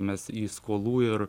mes į skolų ir